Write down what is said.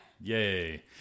Yay